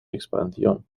expansión